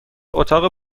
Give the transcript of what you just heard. اتاق